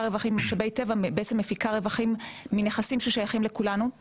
רווחים ממשאבי טבע בעצם מפיקה רווחים מנכסים ששייכים לכולנו,